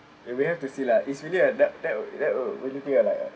we have to see lah is really uh that that will that will really be a like a